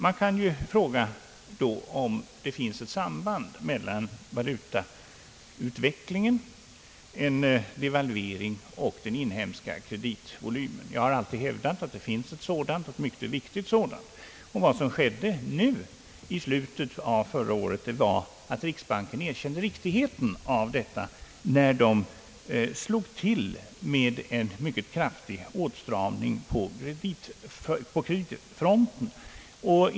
Man kan då fråga, om det finns ett samband mellan valutautvecklingen, en devalvering och den inhemska kreditvolymen. Jag har alltid hävdat att det finns ett sådant samband och ett mycket viktigt sådant. Vad som hände i slutet av förra året var att riksbanken erkände riktigheten härav, när man slog till med en mycket kraftig åtstramning på kreditfronten.